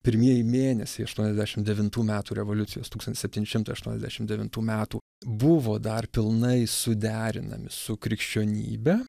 pirmieji mėnesiai aštuoniasdešimt devintų metų revoliucijos tūkstantis septyni šimtai aštuoniasdešimt devintų metų buvo dar pilnai suderinami su krikščionybe